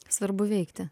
svarbu veikti